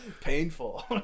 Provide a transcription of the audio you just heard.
painful